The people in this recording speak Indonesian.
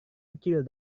kecil